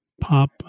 pop